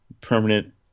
Permanent